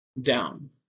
down